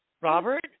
Robert